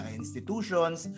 institutions